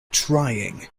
trying